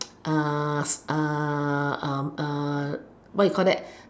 what you call that